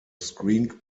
screenplay